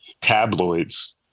tabloids